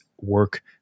work